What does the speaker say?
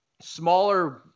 smaller